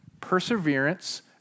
Perseverance